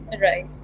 Right